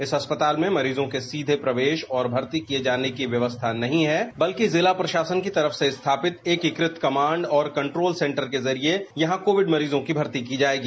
इस अस्पताल में मरीजों के सीधे प्रवेश और भर्ती किए जाने की व्यवस्था नहीं है बल्कि जिला प्रशासन की तरफ से इन एकीकृत कमांड और कंट्रोल सेंटर के जरिए यहां कोविड मरीजों की भर्ती की जाएगी